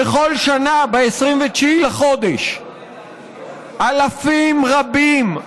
בכל שנה ב-29 לחודש אלפים רבים,